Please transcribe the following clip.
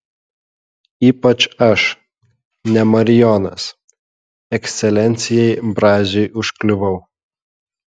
ypač aš ne marijonas ekscelencijai braziui užkliuvau